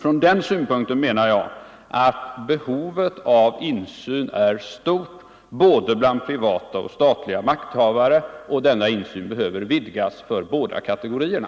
Från den synpunkten menar jag att behovet av insyn är stort både hos privata och hos statliga makthavare och att denna insyn behöver vidgas med avseende på båda kategorierna.